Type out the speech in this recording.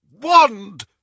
Wand